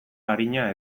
arina